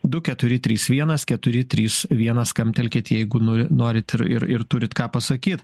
du keturi trys vienas keturi trys vienas skambtelkit jeigu nu norit ir ir ir turit ką pasakyt